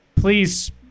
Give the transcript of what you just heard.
please